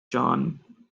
john